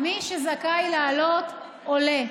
מי שזכאי לעלות, עולה.